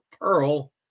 Pearl